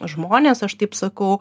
žmones aš taip sakau